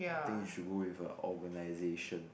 think you should go with a organisation